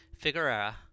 Figuera